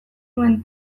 nuen